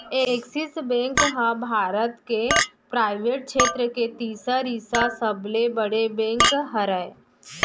axis bank ह भारत के private छेत्र के तिसरइसा सबले बड़े बेंक हरय